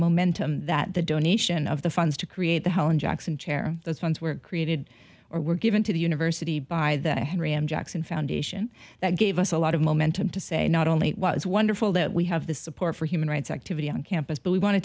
momentum that the donation of the funds to create the helen jackson chair those funds were created or were given to the university by that henrietta jackson foundation that gave us a lot of momentum to say not only it was wonderful that we have the support for human rights activity on campus but we want to